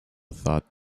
thought